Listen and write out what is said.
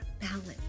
balance